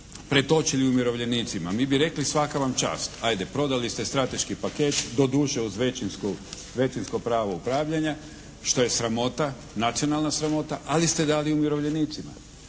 pretočili umirovljenicima svaka vam čast, hajde prodali ste strateški paket doduše uz većinsko pravo upravljanja što je sramota, nacionalna sramota ali ste dali umirovljenicima.